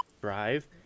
Drive